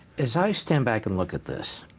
as i stand back and look at this